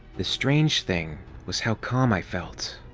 the strange thing was how calm i felt.